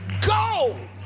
go